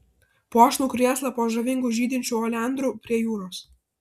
puošnų krėslą po žavingu žydinčiu oleandru prie jūros